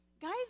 Guys